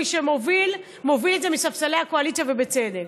מי שמוביל, מוביל את זה מספסלי הקואליציה, ובצדק.